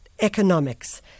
economics